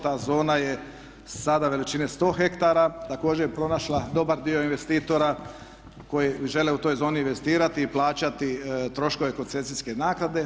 Ta zona je sada veličine 100 hektara također pronašla dobar dio investitora koji žele u toj zoni investirati i plaćati troškove koncesijske naknade.